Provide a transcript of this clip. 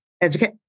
educate